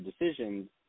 decisions